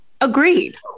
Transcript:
Agreed